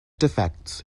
defects